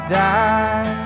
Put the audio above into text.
die